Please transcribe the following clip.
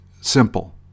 Simple